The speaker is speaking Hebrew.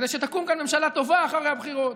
כדי שתקום כאן ממשלה טובה אחרי הבחירות,